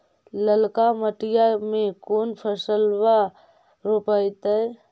ललका मटीया मे कोन फलबा रोपयतय?